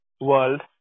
world